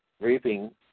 reaping